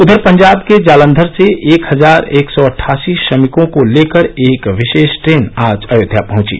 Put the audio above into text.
उधर पंजाब के जालंघर से एक हजार एक सौ अट्ठासी श्रमिकों को लेकर एक विशेष ट्रेन आज अयोध्या पहुंची